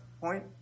point